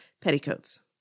petticoats